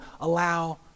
allow